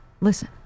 Listen